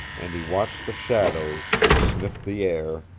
and he watched the shadows, and sniffed the air,